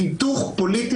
חוות דעת